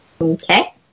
Okay